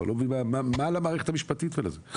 אני לא מבין מה למערכת המשפטית ולזה.